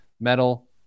metal